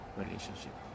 relationship